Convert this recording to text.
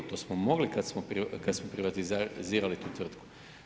To mogli kad smo privatizirali tu tvrtku.